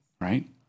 Right